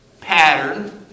pattern